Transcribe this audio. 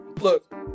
look